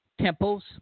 temples